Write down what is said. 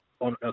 on